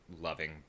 loving